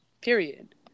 period